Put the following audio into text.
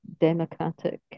democratic